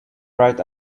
right